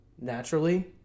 Naturally